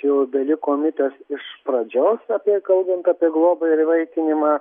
jau beliko mitas iš pradžios apie kalbant apie globą ir įvaikinimą